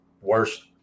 worst